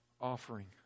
offering